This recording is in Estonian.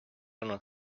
olnud